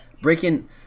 Breaking